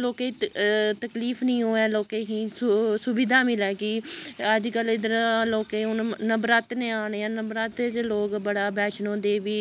लोकें गी तकलीफ निं होऐ लोकें गी सु सुविधा मिलै कि अजकल्ल इद्धर लोकें गी हून नवरात्रे औने ऐ नवरात्रे च लोक बड़ा बैश्णो देवी